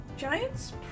Giants